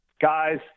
Guys